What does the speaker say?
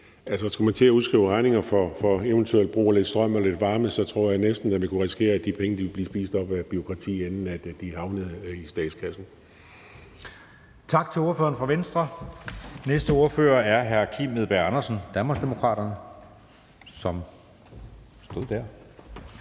skulle man til at udskrive regninger for eventuel brug af lidt strøm og lidt varme, tror jeg næsten vi kunne risikere, at de penge blev spist op af bureaukrati, inden de havnede i statskassen.